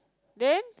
then